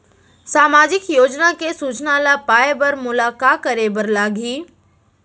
सामाजिक योजना के सूचना ल पाए बर मोला का करे बर लागही?